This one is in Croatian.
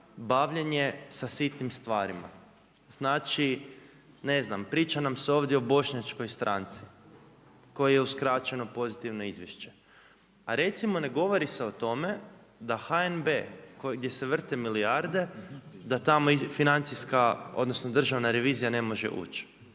bavljenje sa sitnim stvarima. Znači ne znam, priča nam se ovdje o bošnjačkoj stranci, koji je uskraćeno pozitivno izvješće. A recimo, ne govori se o tome da HNB gdje se vrte milijarde, da tamo financijska, odnosno Državna revizija ne može ući.